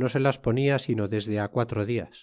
no se las ponia sino desde quatro dias